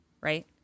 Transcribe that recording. Right